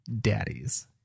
daddies